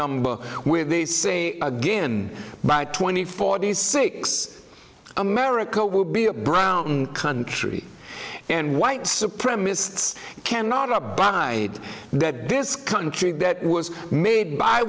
number with a say again by twenty forty six america will be a brown country and white supremacists cannot abide that this country that was made by